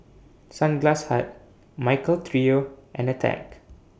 Sunglass Hut Michael Trio and Attack